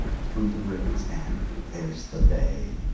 through the rifts, and there's the bay!